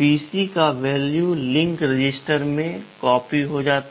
PC का value link register में copy हो जाता है